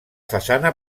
façana